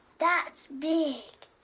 that's big.